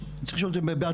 צריך לשאול את זה בעדינות,